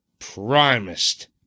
primest